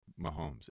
Mahomes